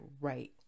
right